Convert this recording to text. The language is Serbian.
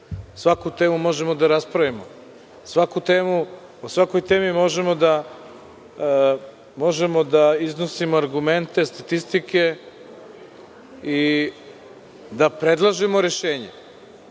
Svaku temu možemo da raspravimo, o svakoj temi možemo da iznosimo argumente statistike i da predlažemo rešenja. Ono